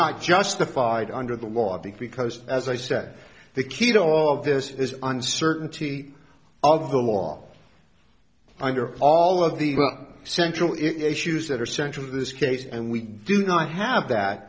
not justified under the law because as i said the key to all of this is uncertainty of the law under all of the central issues that are central to this case and we do not have that